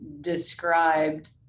described